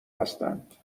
هستند